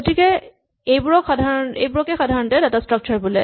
গতিকে এইবোৰকে সাধাৰণতে ডাটা স্ট্ৰাক্সাৰ বোলে